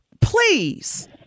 Please